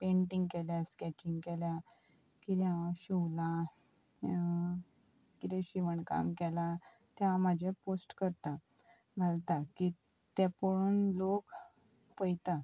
painting केल्या sketching केल्या कितें हांव शिवला कितें शिवण काम केला तें हांव म्हाजे पोस्ट करता घालता की ते पळोवन लोक पयता